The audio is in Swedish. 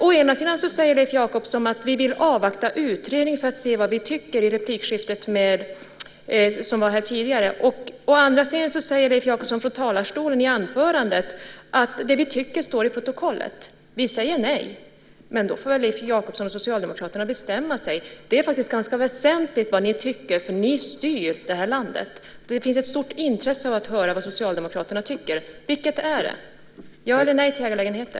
Å ena sidan sade Leif Jakobsson i det tidigare replikskiftet att han vill avvakta utredningen. Å andra sidan sade han i anförandet: Det vi tycker står i protokollet. Vi säger nej. Men då får väl Leif Jakobsson och Socialdemokraterna bestämma sig. Det är faktiskt ganska väsentligt vad ni tycker eftersom det är ni som styr det här landet. Det finns ett stort intresse av att höra vad Socialdemokraterna tycker. Vilket är det? Ja eller nej till ägarlägenheter?